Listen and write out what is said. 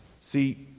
See